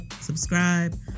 subscribe